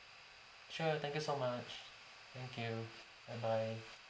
sure thank you so much thank you bye bye